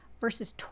verses